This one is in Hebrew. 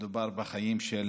מדובר בחיים של